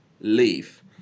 leave